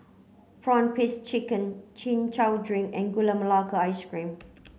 prawn paste chicken chin chow drink and Gula Melaka ice cream